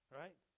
right